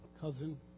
cousin